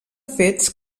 fets